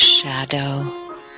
shadow